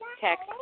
text